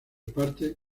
parte